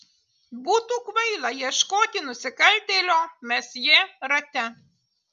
būtų kvaila ieškoti nusikaltėlio mesjė rate